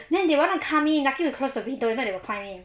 no they want to come in after you close the window you know they will come in